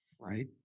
Right